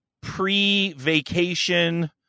pre-vacation